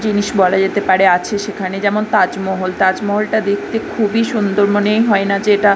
জিনিস বলা যেতে পারে আছে সেখানে যেমন তাজমহল তাজমহলটা দেখতে খুবই সুন্দর মনেই হয় না যে এটা